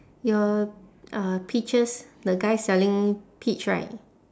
your uh peaches the guy selling peach right